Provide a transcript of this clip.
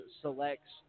selects